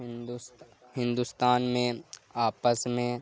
ہندوست ہندوستان میں آپس میں